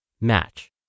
match